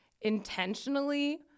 intentionally